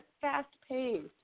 fast-paced